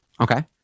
Okay